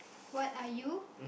what are you